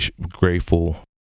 grateful